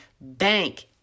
bank